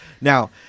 Now